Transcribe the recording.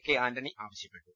K Antony ആവശ്യപ്പെട്ടു